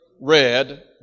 read